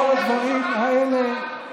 כל הדברים האלה.